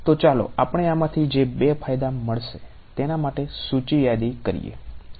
તો ચાલો આપણે આમાંથી જે બે ફાયદા મળશે તેના માટે સૂચિ યાદી કરીએ ઓકે